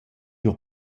giò